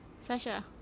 sasha